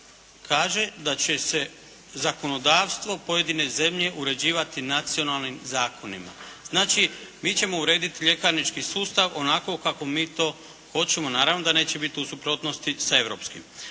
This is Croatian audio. Kaže da će se zakonodavstvo pojedine zemlje uređivati nacionalnim zakonima. Znači, mi ćemo urediti ljekarnički sustav onako kako mi to hoćemo, naravno da neće biti u suprotnosti sa europskim.